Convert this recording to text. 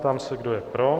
Ptám se, kdo je pro.